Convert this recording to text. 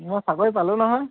মই চাকৰি পালোঁ নহয়